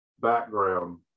background